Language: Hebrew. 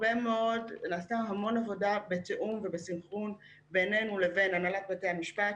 נעשתה המון עבודה בתיאום ובסנכרון בינינו לבין הנהלת בתי המשפט,